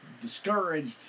discouraged